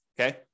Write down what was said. okay